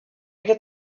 get